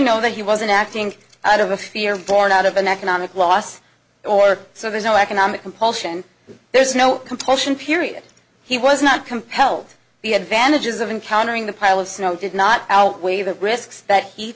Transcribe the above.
know that he wasn't acting out of a fear born out of an economic loss or so there's no economic compulsion there's no compulsion period he was not compelled the advantages of encountering the pile of snow did not outweigh the risks that he